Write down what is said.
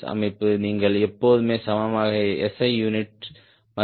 S அமைப்பு நீங்கள் எப்போதும் சமமான SI யூனிட் மதிப்புகளைக் காணலாம் என்று